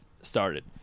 started